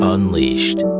Unleashed